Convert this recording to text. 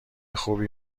خوبی